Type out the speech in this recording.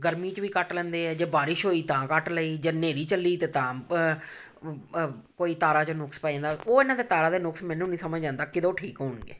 ਗਰਮੀ ਚ ਵੀ ਕੱਟ ਲੈਂਦੇ ਹੈ ਜੇ ਬਾਰਿਸ਼ ਹੋਈ ਤਾਂ ਕੱਟ ਲਈ ਜੇ ਹਨੇਰੀ ਚੱਲੀ ਤੇ ਤਾਂ ਕੋਈ ਤਾਰਾਂ 'ਚ ਨੁਕਸ ਪੈ ਜਾਂਦਾ ਉਹ ਇਹਨਾਂ ਦੇ ਤਾਰਾਂ ਦੇ ਨੁਕਸ ਮੈਨੂੰ ਨਹੀਂ ਸਮਝ ਆਉਂਦਾ ਕਦੋਂ ਠੀਕ ਹੋਣਗੇ